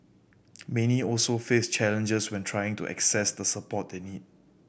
many also face challenges when trying to access the support they need